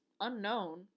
unknown